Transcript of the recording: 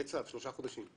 יהיה צו שלושה חודשים.